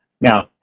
Now